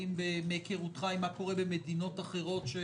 האם מהיכרותך אתה יודע מה קורה במדינות אחרות?